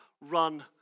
run